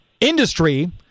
industry